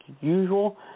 usual